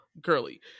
girly